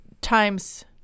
Times